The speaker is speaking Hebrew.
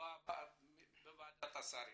בוועדת השרים.